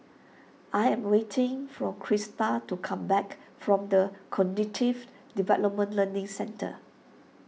I am waiting for Krysta to come back from the Cognitive Development Learning Centre